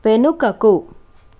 వెనుకకు